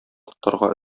тотарга